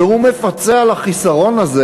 והוא מפצה על החיסרון הזה